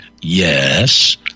yes